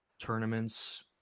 Tournaments